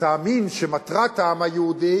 שתאמין שמטרת העם היהודי